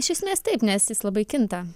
iš esmės iš esmės taip nes jis labai kinta